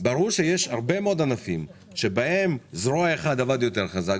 ברור שיש הרבה מאוד ענפים שבהם זרוע אחת עבדה יותר חזק,